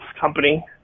company